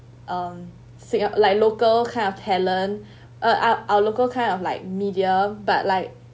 um sick ah like local kind of talent uh ou~ our local kind of like media but like